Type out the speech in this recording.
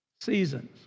seasons